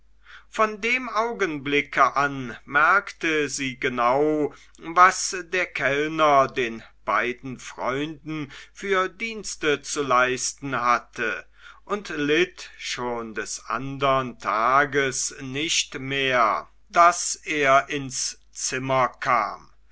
von dem augenblicke an merkte sie genau was der kellner den beiden freunden für dienste zu leisten hatte und litt schon des andern tages nicht mehr daß er ins zimmer kam